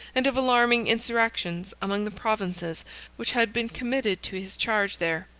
and of alarming insurrections among the provinces which had been committed to his charge there.